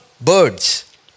birds